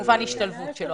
וכמובן השתלבות.